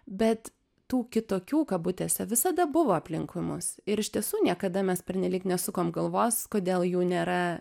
bet tų kitokių kabutėse visada buvo aplinkui mus ir iš tiesų niekada mes pernelyg nesukom galvos kodėl jų nėra